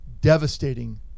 devastating